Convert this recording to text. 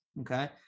Okay